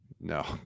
No